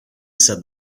said